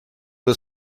was